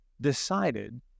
decided